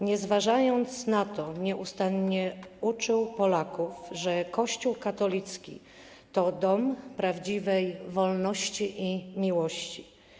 Nie zważając na to, nieustannie uczył Polaków, że Kościół katolicki to dom prawdziwej wolności i miłości.